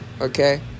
okay